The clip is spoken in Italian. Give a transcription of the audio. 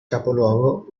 capoluogo